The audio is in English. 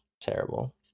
Terrible